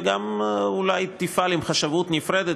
וגם אולי תפעל עם חשבות נפרדת,